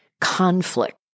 conflict